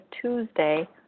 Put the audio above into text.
Tuesday